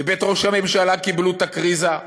בבית ראש הממשלה קיבלו את הקריזה,